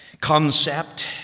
concept